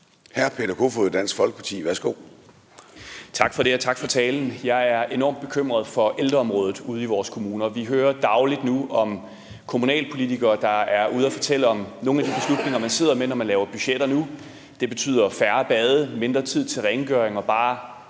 09:26 Peter Kofod (DF): Tak for det, og tak for talen. Jeg er enormt bekymret for ældreområdet ude i vores kommuner. Vi hører dagligt om kommunalpolitikere, der er ude at fortælle om nogle af de beslutninger, man sidder med nu, når man laver budgetter. Det betyder færre bade, mindre tid til rengøring og vel